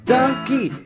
Donkey